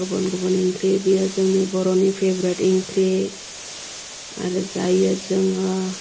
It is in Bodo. गुबुन गुबुन ओंख्रि बेयो जोंनि बर'नि फेभरिट ओंख्रि आरो जायो जोङो